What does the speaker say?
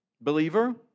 Believer